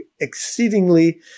exceedingly